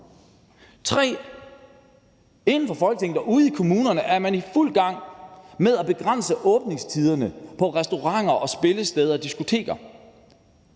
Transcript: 3: Inde fra Folketinget og ude i kommunerne er man i fuld gang med at begrænse åbningstiderne på restauranter, spillesteder og diskoteker.